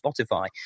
Spotify